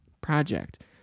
project